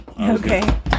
Okay